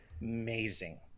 amazing